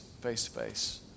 face-to-face